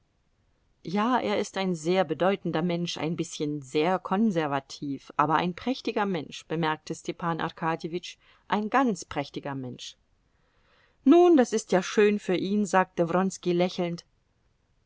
ja er ist ein sehr bedeutender mensch ein bißchen sehr konservativ aber ein prächtiger mensch bemerkte stepan arkadjewitsch ein ganz prächtiger mensch nun das ist ja schön für ihn sagte wronski lächelnd